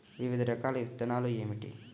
వివిధ రకాల విత్తనాలు ఏమిటి?